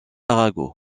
arago